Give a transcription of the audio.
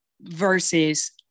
versus